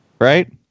right